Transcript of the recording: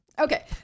Okay